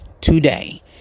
today